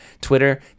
Twitter